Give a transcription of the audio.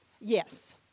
Yes